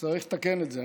צריך לתקן את זה.